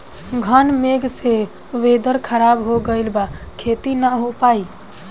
घन मेघ से वेदर ख़राब हो गइल बा खेती न हो पाई